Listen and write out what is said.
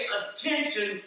attention